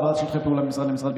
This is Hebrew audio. העברת שטחי פעולה ממשרד למשרד,